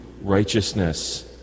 righteousness